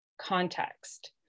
context